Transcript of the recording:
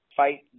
fight